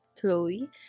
Chloe